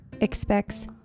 expects